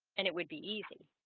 and it would be easy